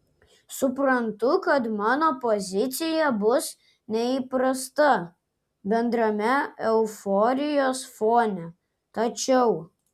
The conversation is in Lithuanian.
suprantu kad mano pozicija bus neįprasta bendrame euforijos fone tačiau